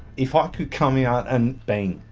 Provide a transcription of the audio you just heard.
if i could come yeah out and bang,